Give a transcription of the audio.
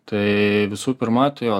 tai visų pirma tai jo